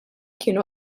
kienu